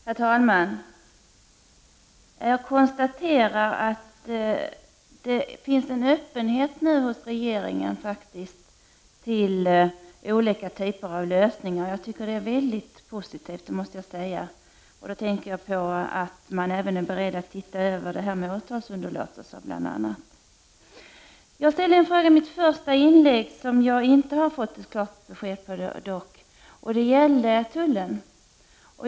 Herr talman! Jag konstaterar att det nu faktiskt finns en öppenhet hos regeringen vad gäller att pröva olika typer av lösningar. Detta är väldigt positivt, det måste jag säga. Jag tänker bl.a. på att regeringen nu är beredd att se över frågan om åtalsunderlåtelser. Jag ställde i mitt första inlägg en fråga som jag dock inte har fått något klart besked på, nämligen min fråga om tullen.